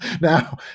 Now